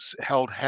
held